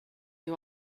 you